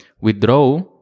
withdraw